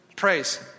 praise